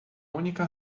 única